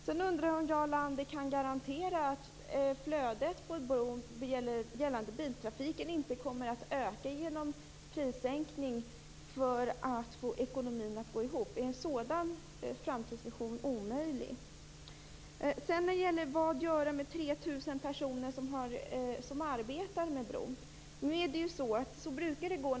Jag undrar om Jarl Lander kan garantera att flödet av biltrafik på bron inte kommer att öka till följd av prissänkningar, i syfte att få ekonomin att gå ihop. Är en sådan framtidsvision omöjlig att föreställa sig? En fråga gällde vad vi skall göra med de 3 000 personer som arbetar med bron.